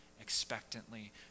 expectantly